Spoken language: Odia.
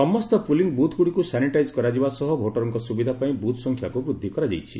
ସମସ୍ତ ପୁଲିଂ ବୁଥ୍ଗୁଡ଼ିକୁ ସାନିଟାଇଜ୍ କରାଯିବା ସହ ଭୋଟରଙ୍କ ସୁବିଧା ପାଇଁ ବୁଥ୍ସଂଖ୍ୟାକ୍ ବୁଦ୍ଧି କରାଯାଇଛି